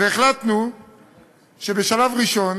והחלטנו שבשלב ראשון